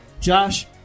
Josh